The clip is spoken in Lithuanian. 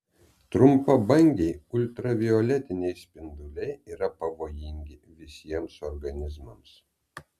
trumpabangiai ultravioletiniai spinduliai yra pavojingi visiems organizmams